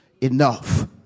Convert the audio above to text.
enough